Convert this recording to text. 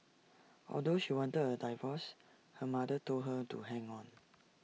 although she wanted A divorce her mother told her to hang on